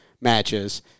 matches